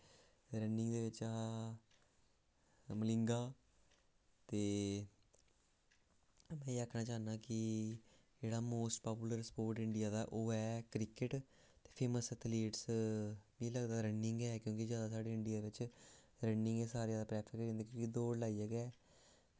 running दे बिच्चा मलिंगा ते में आक्खना चाह्न्नां कि जेह्ड़ा मोस्ट पॉपूलर स्पोर्ट इंडिया दा ओह् ऐ क्रिकेट ते फेमस एथलीट्स मीं लगदा रनिंग क्योंकि जादा साढ़े इंडिया बिच्च रनिंग गै सारे कोला जादा प्रैफर करदे क्योंकि दौड़ लाइयै गै